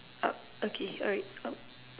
up okay alright out